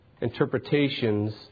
interpretations